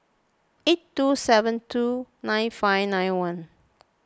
eight two seven two nine five nine one